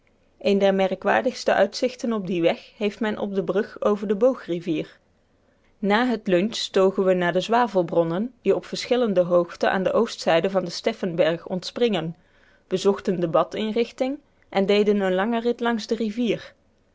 een der merkwaardigste uitzichten op dien weg heeft men op de brug over de boogrivier na het lunch togen we naar de zwavelbronnen die op verschillende hoogte aan de oostzijde van den stephenberg ontspringen bezochten de badinrichting en deden een langen rit langs de rivier